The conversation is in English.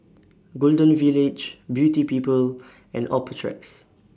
Golden Village Beauty People and Optrex